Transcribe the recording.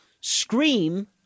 scream